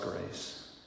grace